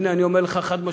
הנה, אני אומר לך חד-משמעית: